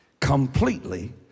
completely